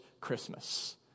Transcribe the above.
Christmas